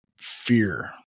fear